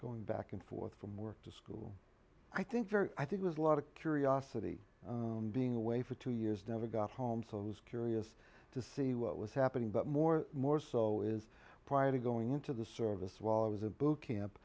going back and forth from work to school i think i think there's a lot of curiosity and being away for two years never got home so i was curious to see what was happening but more more so is prior to going into the service while i was a boot camp